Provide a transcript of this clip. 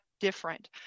different